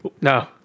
No